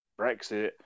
Brexit